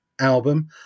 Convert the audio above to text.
album